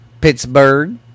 Pittsburgh